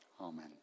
amen